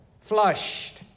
flushed